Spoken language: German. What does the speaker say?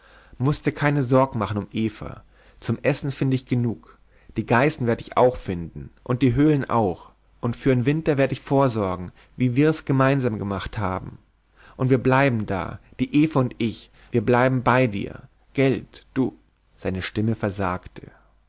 mußt dir keine sorg machen um eva zum essen find ich genug die geißen werd ich auch finden und die höhlen auch und für'n winter werd ich vorsorgen wie wir's mitsammen gemacht haben und wir bleiben da die eva und ich wir bleiben bei dir gelt du seine stimme versagte